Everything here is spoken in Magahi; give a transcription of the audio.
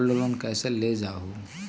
गोल्ड लोन कईसे लेल जाहु?